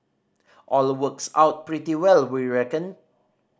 all works out pretty well we reckon